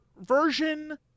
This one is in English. version